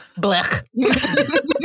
blech